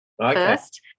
first